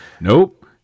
Nope